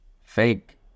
fake